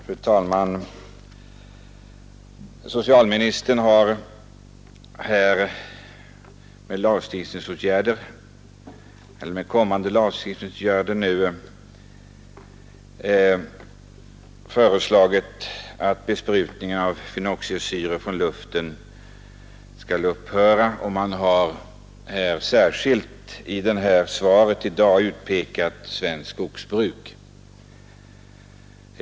Fru talman! Socialministern kommer att föreslå lagstiftningsåtgärder för att besprutningen från luften med fenoxisyror skall upphöra, och i det svar som lämnats här i dag har skogsbruket blivit särskilt utpekat.